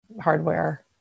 hardware